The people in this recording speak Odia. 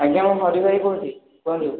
ଆଜ୍ଞା ମୁଁ ହରି ଭାଇ କହୁଛି କୁହନ୍ତୁ